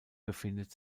befindet